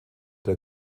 der